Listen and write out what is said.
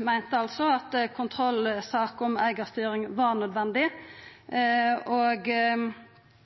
meinte altså at ei kontrollsak om eigarstyring var nødvendig. Vi skal alle ha respekt for at sjukehus og